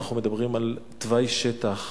אנחנו מדברים על תוואי שטח,